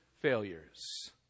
failures